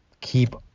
keep